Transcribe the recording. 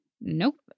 Nope